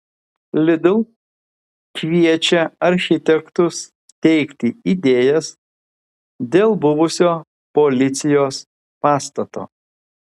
lidl kviečia architektus teikti idėjas dėl buvusio policijos pastato